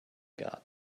got